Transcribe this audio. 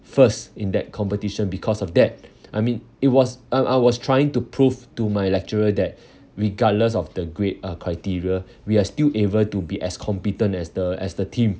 first in that competition because of that I mean it was um I was trying to prove to my lecturer that regardless of the great uh criteria we are still able to be as competent as the as the team